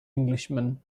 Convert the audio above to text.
englishman